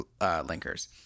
linkers